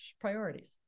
Priorities